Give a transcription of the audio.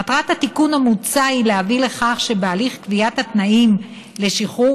מטרת התיקון המוצע היא להביא לכך שבהליך קביעת התנאים לשחרור